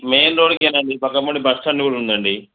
main రోడ్డుకే నండి పక్కన బస్టాండ్ కూడా ఉందండి